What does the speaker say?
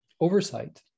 oversight